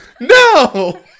No